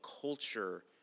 culture